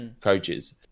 coaches